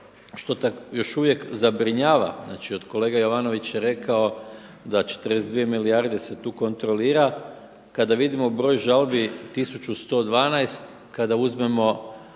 Ono što još uvijek zabrinjava, znači kolega Jovanović je rekao da 42 milijarde se tu kontrolira. Kada vidimo broj žalbi 1112, kada uzmemo